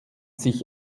sich